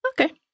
okay